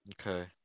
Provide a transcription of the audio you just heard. Okay